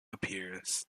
appears